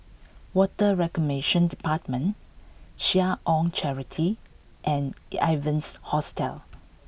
Water Reclamation Department Seh Ong Charity and Evans Hostel